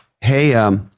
hey